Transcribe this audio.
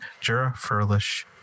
Jura-furlish